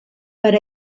per